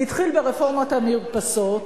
התחיל ברפורמת המרפסות,